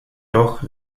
doch